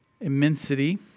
immensity